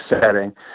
setting